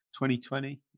2020